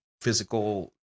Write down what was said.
physical